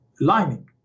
lining